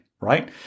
right